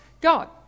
God